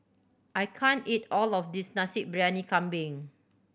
I can't eat all of this Nasi Briyani Kambing